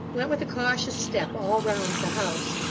went with a cautious step all round the house.